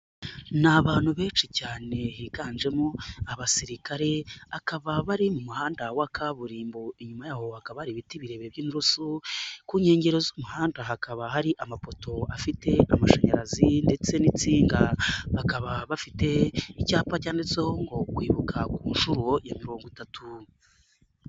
Ni abantu benshi cyane higanjemo abasirikare, akaba bari mu muhanda wa kaburimbo inyuma yaho hakaba ibiti birebire by'inturusu, ku nkengero z'umuhanda hakaba hari amapoto afite amashanyarazi, ndetse n'insinga, bakaba bafite icyapa cyanditseho ngo kwibuka ku nshuro ya mirongo itatu.